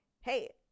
hey